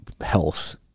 health